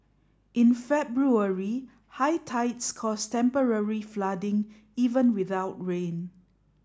in February high tides caused temporary flooding even without rain